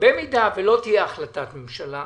במידה ולא תהיה החלטת ממשלה,